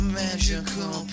magical